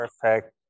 perfect